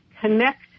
connect